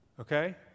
Okay